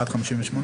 ב-13:58?